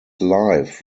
live